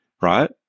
right